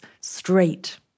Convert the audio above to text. straight